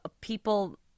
people